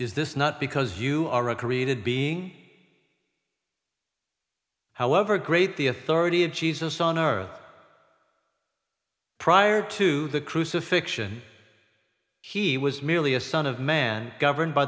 is this not because you are a created being however great the authority of jesus on earth prior to the crucifixion he was merely a son of man governed by